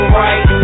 right